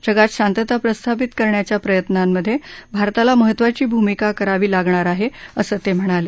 जगात शांतता प्रस्थापित करण्याच्या प्रयत्नांमधे भारताला महत्त्वाची भूमिका करावी लागणार आहे असं ते म्हणाले